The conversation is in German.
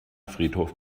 friedhof